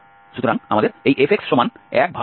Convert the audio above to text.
সুতরাং আমাদের এই fx132x আছে